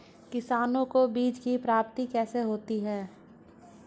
किसानों को बीज की प्राप्ति कैसे होती है?